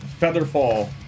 Featherfall